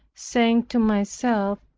saying to myself,